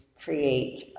create